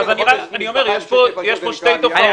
אני אומר שיש כאן שתי תופעות.